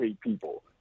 people